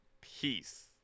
Peace